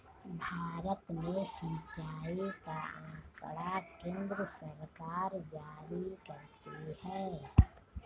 भारत में सिंचाई का आँकड़ा केन्द्र सरकार जारी करती है